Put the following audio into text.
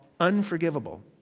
Unforgivable